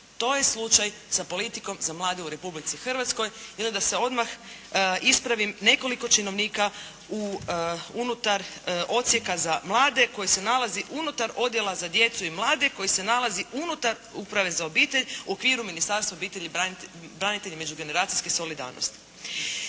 To je slučaj sa politikom za mlade u Republici Hrvatskoj ili da se odmah ispravim, nekoliko činovnika u, unutar Odsjeka za mlade koji se nalazi unutar Odjela za djecu i mlade, koji se nalazi unutar Uprave za obitelj u okviru Ministarstva obitelji, branitelja i međugeneracijske solidarnosti.